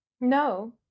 No